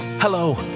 Hello